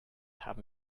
haben